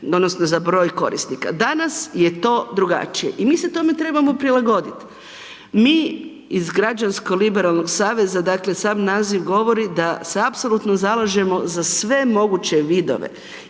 odnosno za broj korisnika. Danas je to drugačije i mi se tome trebamo prilagoditi. Mi iz Građansko-liberalnog saveza, dakle sam naziv govori da se apsolutno zalažemo za sve moguće vidove